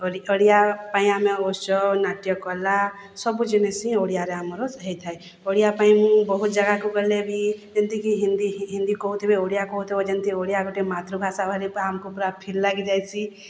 ଓଡ଼ିଆ ପାଇଁ ଆମେ ଉତ୍ସବ ନାଟ୍ୟ କଲା ସବୁ ଜିନିଷ ଓଡ଼ିଆରେ ହିଁ ଆମର ହୋଇଥାଏ ଓଡ଼ିଆ ପାଇଁ ମୁଁ ବହୁତ୍ ଜାଗାକୁ ଗଲେ ବି ଏନ୍ତି କି ହିନ୍ଦୀ ହିନ୍ଦୀ କହୁଥିବେ ଓଡ଼ିଆ କହୁଥିବେ ଯେନ୍ତି ଓଡ଼ିଆ ଗୋଟେ ମାତୃଭାଷା ଭାରି ଆମକୁ ପୁରା ଫିଲ୍ ଲାଗିଯାଇସି